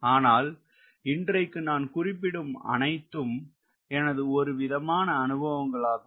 ஆனால் இன்றைக்கு நான் குறிப்பிடும் அனைத்தும் எனது ஒருவிதமான அனுபவங்களாகும்